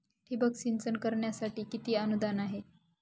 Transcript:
ठिबक सिंचन करण्यासाठी किती अनुदान आहे?